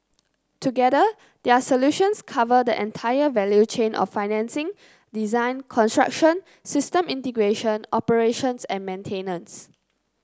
together their solutions cover the entire value chain of financing design construction system integration operations and maintenance